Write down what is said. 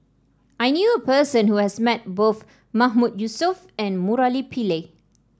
I knew a person who has met both Mahmood Yusof and Murali Pillai